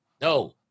No